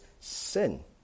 sin